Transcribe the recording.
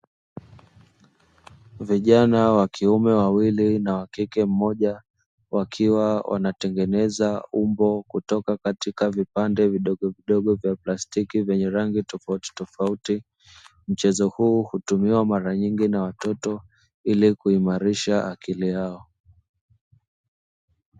Vijana wakiume wawili na wakike mmoja wakiwa wanatengeneza umbo kutoka katika vipande vidogovidogo vya plastiki vyenye rangi tofautitofauti, mchezo huu hutumiwa mara nyingi na watoto ilikuimarisha akili yao.